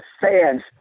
fans